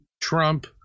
Trump